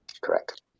Correct